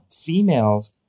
females